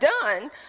done